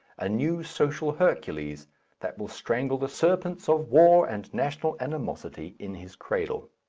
a new social hercules that will strangle the serpents of war and national animosity in his cradle.